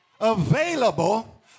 available